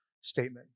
statement